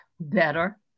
better